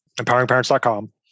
empoweringparents.com